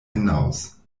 hinaus